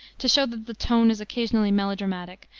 to show that the tone is occasionally melodramatic,